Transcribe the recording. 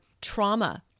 trauma